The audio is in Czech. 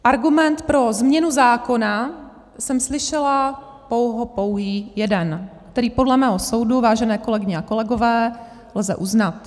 Argument pro změnu zákona jsem slyšela pouhopouhý jeden, který podle mého soudu, vážené kolegyně a kolegové, lze uznat.